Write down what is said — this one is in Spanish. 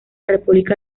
república